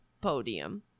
podium